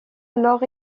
alors